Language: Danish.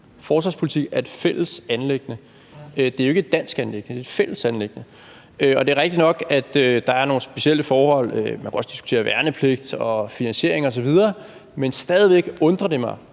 Forsvarspolitik er et fælles anliggende. Det er jo ikke et dansk anliggende, det er et fælles anliggende. Det er rigtigt nok, at der er nogle specielle forhold. Man kan også diskutere værnepligt og finansiering osv. Men stadig væk undrer det mig,